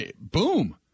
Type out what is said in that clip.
boom